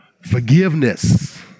Forgiveness